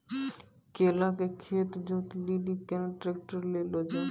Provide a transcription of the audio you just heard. केला के खेत जोत लिली केना ट्रैक्टर ले लो जा?